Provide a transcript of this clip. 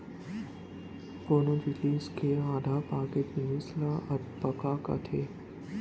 कोनो जिनिस के आधा पाके जिनिस ल अधपका कथें